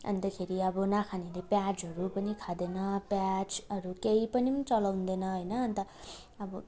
अन्तखेरि अब नखानेले प्याजहरू पनि खाँदैन प्याज अरू केही पनि चलाउँदैन होइन अन्त अब